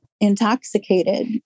intoxicated